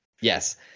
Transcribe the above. yes